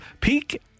peak